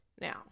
Now